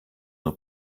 nur